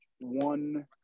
one